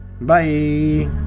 Bye